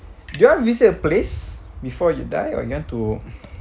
do you want visit a place before you die or you want to